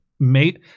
Mate